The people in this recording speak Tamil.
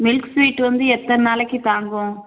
மில்க் ஸ்வீட் வந்து எத்தனை நாளைக்குத் தாங்கும்